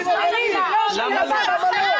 --- מה זה להכיל?